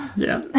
yeah,